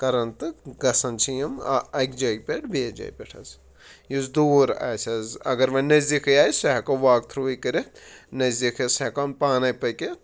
کَران تہٕ گژھان چھِ یِم اَ اَکہِ جایہِ پٮ۪ٹھ بیٚیِس جایہِ پٮ۪ٹھ حظ یُس دوٗر آسہِ حظ اگر وۄنۍ نَزدیٖکٕے آسہِ سُہ ہٮ۪کو واک تھرٛوٗوٕے کٔرِتھ نَزدیٖکَس ہٮ۪کان پانَے پٔکِتھ